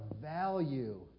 value